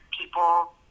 people